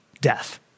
death